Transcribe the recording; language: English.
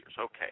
Okay